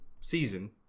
season